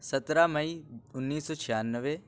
سترہ مئی انیس سو چھیانوے